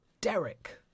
Derek